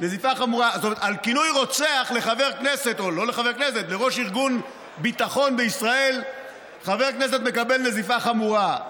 על כינוי "רוצח" לראש ארגון ביטחון בישראל חבר כנסת מקבל נזיפה חמורה.